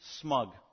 Smug